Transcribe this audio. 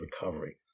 recovery